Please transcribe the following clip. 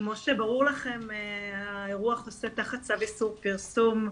כמו שברור לכם, האירוע חוסה תחת צו איסור פרסום,